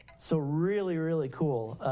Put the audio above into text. so really, really cool,